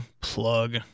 Plug